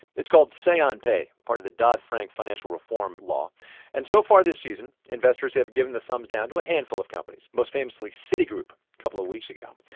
it's called say on pay, part of the dodd-frank financial reform law and so far this season, investors have given the thumbs down to a handful of companies most famously, citigroup a couple of weeks ago.